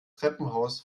treppenhaus